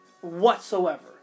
whatsoever